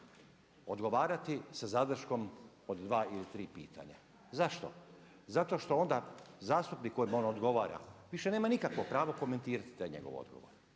odgovarati sa zadrškom od 2 ili 3 pitanja. Zašto? Zato što onda zastupnik kojemu on odgovara više nema nikakvo pravo komentirati taj njegov odgovor.